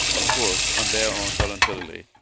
of course on their own voluntarily.